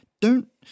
Don't